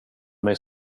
mig